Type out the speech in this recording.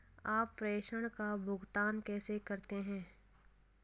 आप प्रेषण का भुगतान कैसे करते हैं?